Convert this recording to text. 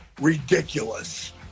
ridiculous